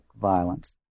violence